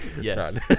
Yes